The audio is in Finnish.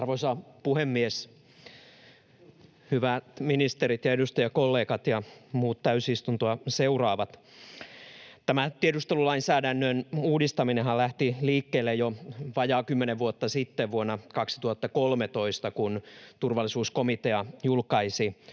Arvoisa puhemies, hyvät ministerit ja edustajakollegat ja muut täysistuntoa seuraavat! Tämä tiedustelulainsäädännön uudistaminenhan lähti liikkeelle jo vajaa kymmenen vuotta sitten vuonna 2013, kun turvallisuuskomitea julkaisi